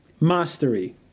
Mastery